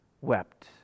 wept